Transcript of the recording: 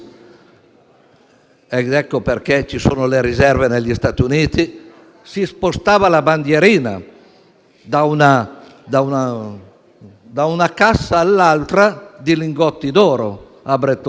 - ecco perché ci sono le riserve negli Stati Uniti - si spostava la bandierina da una cassa all'altra di lingotti d'oro, spostando